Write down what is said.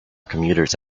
commuters